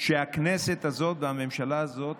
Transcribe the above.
שהכנסת הזאת והממשלה הזאת